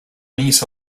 niece